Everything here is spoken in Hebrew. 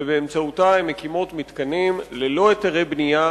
ובאמצעותה הן מקימות מתקנים ללא היתרי בנייה,